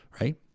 Right